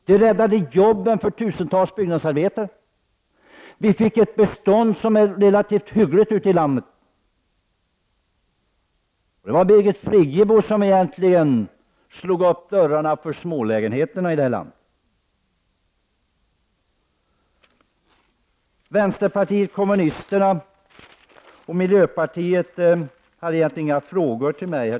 Det räddade jobben för tusentals byggnadsarbetare. Vi fick ett bestånd av relativt hygglig standard ute i landet. Det var egentligen Birgit Friggebo som slog upp dörrarna för små lägenheter i det här landet. Vänsterpartiet kommunisterna och miljöpartiet har egentligen inte ställt några frågor till mig.